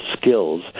skills